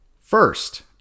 First